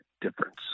difference